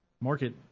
market